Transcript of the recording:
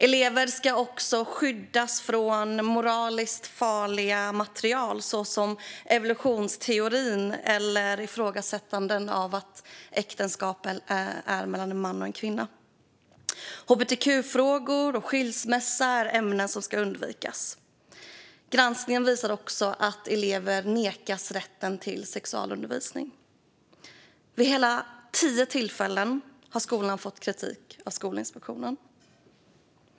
Elever ska också skyddas från moraliskt farligt material, såsom evolutionsteorin eller ifrågasättandet av att äktenskap är mellan en man och en kvinna. Hbtq-frågor och skilsmässa är ämnen som ska undvikas. Granskningen visar också att elever nekas rätten till sexualundervisning. Vid hela tio tillfällen har skolan fått kritik av Skolinspektionen.